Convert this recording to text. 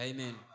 Amen